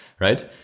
right